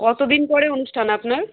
কতো দিন পরে অনুষ্ঠান আপনার